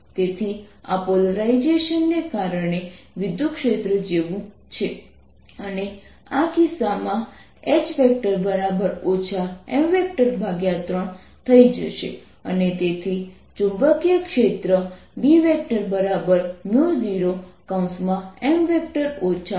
તેથી આ પોલરાઇઝેશન ને કારણે વિદ્યુતક્ષેત્ર જેવું છે અને આ કિસ્સામાં H M3 થઈ જશે અને તેથી ચુંબકીય ક્ષેત્ર B0M M3થઈ જશે B2M30 છે